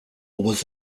was